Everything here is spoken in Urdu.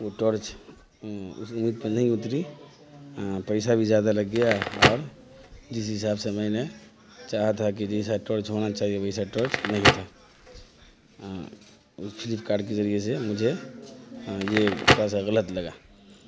وہ ٹارچ اس امید پہ نہیں اتری پیسہ بھی زیادہ لگ گیا اور جس حساب سے میں نے چاہا تھا کہ جیسا ٹارچ ہونا چاہیے ویسا ٹارچ نہیں تھا اس فلپ کارٹ کے ذریعے سے مجھے یہ تھوڑا سا غلط لگا